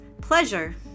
pleasure